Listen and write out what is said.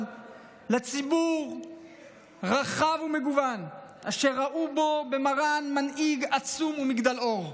לציבור רחב ומגוון אשר ראו במרן מנהיג עצום ומגדלור.